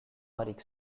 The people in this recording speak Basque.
barik